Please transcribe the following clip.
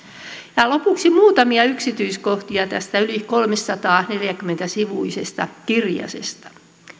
ja lopuksi muutamia yksityiskohtia tästä yli kolmesataaneljäkymmentä sivuisesta kirjasesta